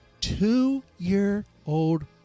two-year-old